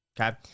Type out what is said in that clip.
Okay